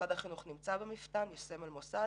משרד החינוך נמצא במפתן עם סמל מוסד,